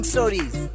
Stories